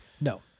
No